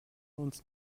uns